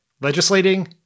legislating